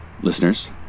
Listeners